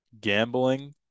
gambling